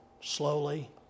slowly